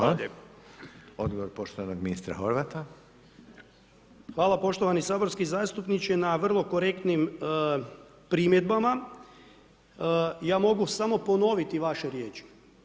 Hvala poštovani saborski zastupniče na vrlo korektnim primjedbama, ja mogu samo ponoviti vaše riječi.